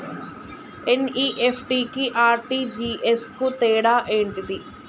NEFT కి RTGS కు తేడా ఏంటిది?